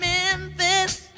Memphis